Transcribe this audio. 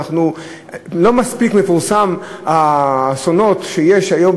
לא מספיק מפרסמים את האסונות שיש היום,